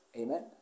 Amen